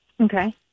Okay